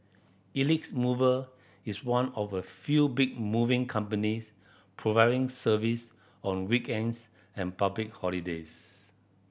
Elite Mover is one of a few big moving companies providing service on weekends and public holidays